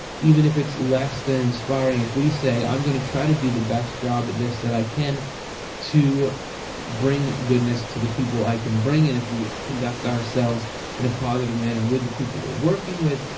even if it's less than inspiring, if we say, i'm going to try to do the best job at this that i can to bring goodness to the people i can bring it. and if we conduct ourselves in a positive manner with the people we're working with,